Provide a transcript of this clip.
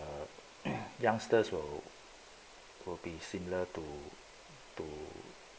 ~(err) youngters will will be similar to to